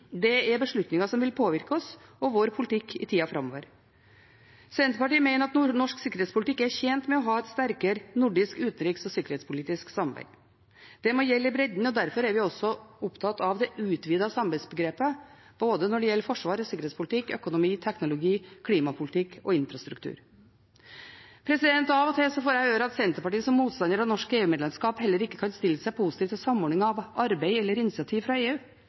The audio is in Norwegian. Det er beslutninger som vil påvirke oss og vår politikk i tida framover. Senterpartiet mener at norsk sikkerhetspolitikk er tjent med å ha et sterkere nordisk utenriks- og sikkerhetspolitisk samarbeid. Det må gjelde i bredden, og derfor er vi også opptatt av det utvidede samarbeidsbegrepet når det gjelder både forsvars- og sikkerhetspolitikk, økonomi, teknologi, klimapolitikk og infrastruktur. Av og til får jeg høre at Senterpartiet, som motstander av norsk EU-medlemskap, heller ikke kan stille seg positiv til samordning av arbeid eller initiativ fra EU.